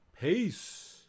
peace